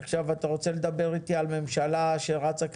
עכשיו אתה רוצה לדבר איתי על ממשלה שרצה קדימה?